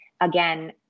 again